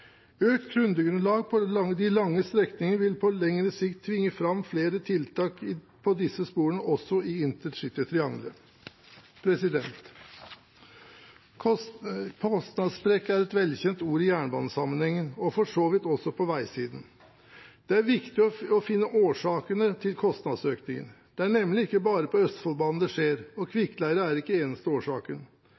de lange strekningene vil på lengre sikt tvinge fram flere tiltak på disse sporene, også i intercitytrianglet. Kostnadssprekk er et velkjent ord i jernbanesammenheng og for så vidt også på veisiden. Det er viktig å finne årsakene til kostnadsøkningen. Det er nemlig ikke bare på Østfoldbanen det skjer, og kvikkleire er ikke den eneste årsaken.